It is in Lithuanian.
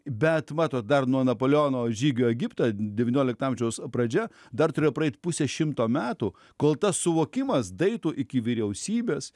bet matot dar nuo napoleono žygių į egiptą devyniolikto amžiaus pradžia dar turėjo praeit pusė šimto metų kol tas suvokimas daeitų iki vyriausybės